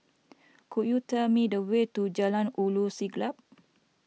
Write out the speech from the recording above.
could you tell me the way to Jalan Ulu Siglap